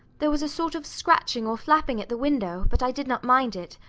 there was a sort of scratching or flapping at the window, but i did not mind it,